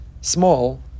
small